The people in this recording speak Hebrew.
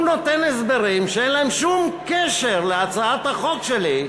הוא נותן הסברים שאין להם שום קשר להצעת החוק שלי,